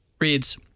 reads